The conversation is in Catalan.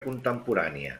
contemporània